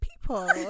people